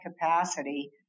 capacity